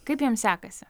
kaip jam sekasi